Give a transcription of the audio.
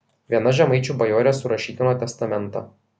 viena žemaičių bajorė surašydino testamentą